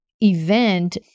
event